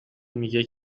میگه